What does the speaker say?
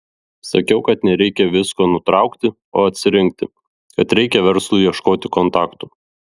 sakiau kad nereikia visko nutraukti o atsirinkti kad reikia verslui ieškoti kontaktų